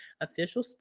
official